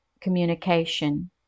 communication